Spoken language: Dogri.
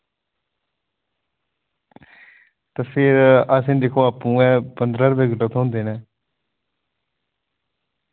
ते फिर असें दिक्खो आप्पूं गै पन्दरां रपे किल्लो थ्होंदे न